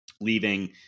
leaving